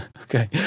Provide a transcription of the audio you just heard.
Okay